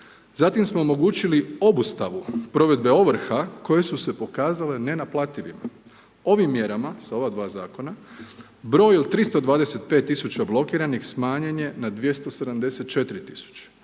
Zatim smo omogućili obustavu provjere ovrha koje su se pokazale nenaplativim. Ovim mjerama, sa ova dva zakona, broj od 325 000 blokiranih smanjen je na 274 000,